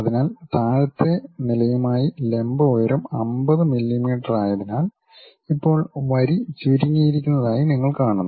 അതിനാൽ താഴത്തെ നിലയുമായി ലംബ ഉയരം 50 മില്ലിമീറ്ററായതിനാൽ ഇപ്പോൾ വരി ചുരുങ്ങിയിരിക്കുന്നതായി നിങ്ങൾ കാണുന്നു